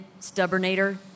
stubbornator